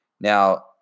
Now